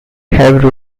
have